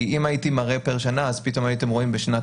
כי אם הייתי מראה פר שנה אז פתאום הייתם רואים בשנת